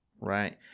Right